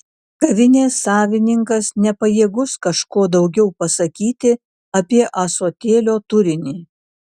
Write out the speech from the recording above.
kavinės savininkas nepajėgus kažko daugiau pasakyti apie ąsotėlio turinį